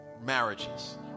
marriages